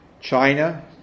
China